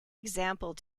example